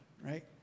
right